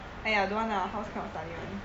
!aiya! don't want lah your house cannot study [one]